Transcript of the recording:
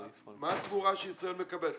מה התמורה שישראל מקבלת?